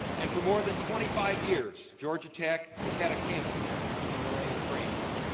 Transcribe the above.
and for more than twenty five years, georgia tech has had a campus in lorraine, france.